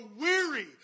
weary